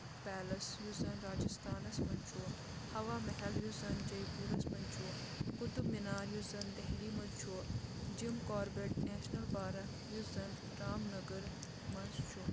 palace یُس زن راجستانس منٛز چھُ ہوا مہل یُس زن جے پوٗرس منٛز چھُ قُتُب مِنار یُس زن دہلی منٛز چھُ جم کاربٹ نیشنل پارک یُس زن رام نگر منٛز چھُ